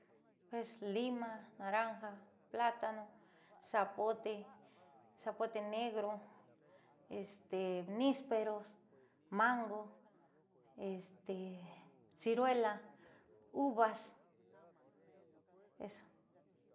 Pues, lima, naranja, platano, zapote, zapote negro, este nisperos, mango, ciruela, uvas eso.